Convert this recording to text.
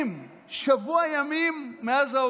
שבוע ימים מאז ההודעה הזאת,